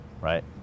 right